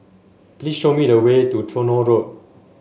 please show me the way to Tronoh Road